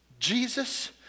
Jesus